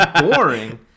boring